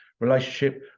relationship